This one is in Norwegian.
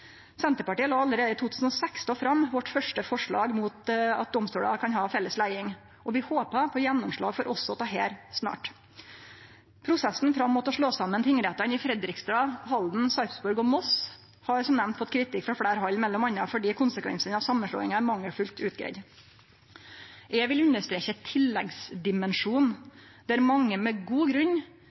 Senterpartiet la allereie i 2006 fram sitt første forslag mot at domstolar kan ha felles leiing, og vi håpar på gjennomslag for også dette snart. Prosessen fram mot å slå saman tingrettane i Fredrikstad, Halden, Sarpsborg og Moss har som nemnt fått kritikk frå fleire hald, m.a. fordi konsekvensane av ei samanslåing er mangelfullt greidde ut. Eg vil understreke tilleggsdimensjonen – at mange med god grunn